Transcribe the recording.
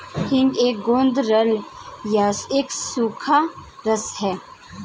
हींग एक गोंद राल या एक सूखा रस है